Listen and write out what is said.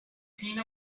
clean